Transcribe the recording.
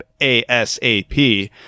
ASAP